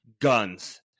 guns